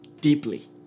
deeply